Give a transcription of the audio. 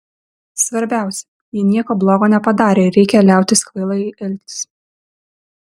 svarbiausia ji nieko blogo nepadarė ir reikia liautis kvailai elgtis